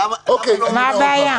מה הבעיה?